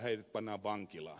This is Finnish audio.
heidät pannaan vankilaan